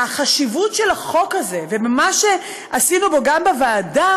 החשיבות של החוק הזה, ושל מה שעשינו גם בוועדה,